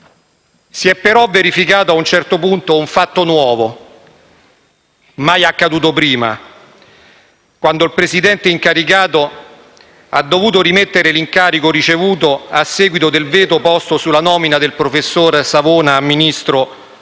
Si è però verificato a un certo punto un fatto nuovo, mai accaduto prima, quando il Presidente incaricato ha dovuto rimettere l'incarico ricevuto a seguito del veto posto sulla nomina del professor Savona a Ministro